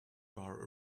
bar